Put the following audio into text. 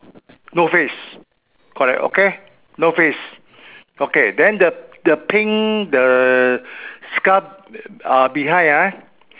no face correct okay no face okay then the the pink the scarf uh behind ah